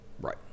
right